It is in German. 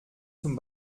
zum